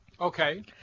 Okay